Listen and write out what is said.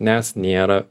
nes nėra